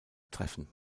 treffen